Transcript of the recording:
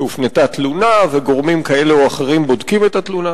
שהופנתה תלונה וגורמים כאלה או אחרים בודקים את התלונה.